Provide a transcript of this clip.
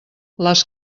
les